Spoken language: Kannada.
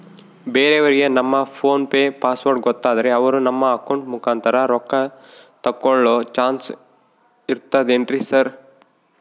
ಬೇರೆಯವರಿಗೆ ನಮ್ಮ ಫೋನ್ ಪೆ ಪಾಸ್ವರ್ಡ್ ಗೊತ್ತಾದ್ರೆ ಅವರು ನಮ್ಮ ಅಕೌಂಟ್ ಮುಖಾಂತರ ರೊಕ್ಕ ತಕ್ಕೊಳ್ಳೋ ಚಾನ್ಸ್ ಇರ್ತದೆನ್ರಿ ಸರ್?